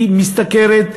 היא משתכרת,